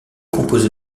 composé